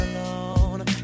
alone